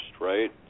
right